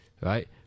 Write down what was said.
right